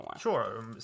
sure